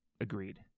agreed